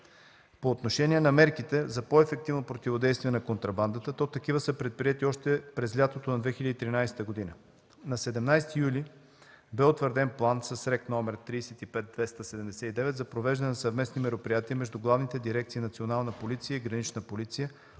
По отношение на мерките за по-ефективно противодействие на контрабандата, то такива са предприети още през лятото на 2013 г. На 17 юни бе утвърден план с регистрационен № 35-279 за провеждане на съвместни мероприятия между главните дирекции „Национална полиция“ и „Гранична полиция“,